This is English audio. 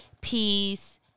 peace